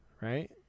right